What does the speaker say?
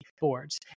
boards